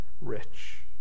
rich